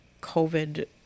COVID